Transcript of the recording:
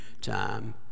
time